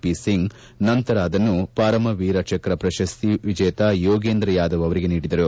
P Singh ನಂತರ ಅದನ್ನು ಪರಮವೀರ ಚಕ್ರ ಪ್ರಶಸ್ತಿ ವಿಜೇತ ಯೋಗೇಂದ್ರ ಯಾದವ್ ಅವರಿಗೆ ನೀಡಿದರು